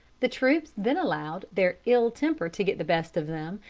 the troops then allowed their ill temper to get the best of them,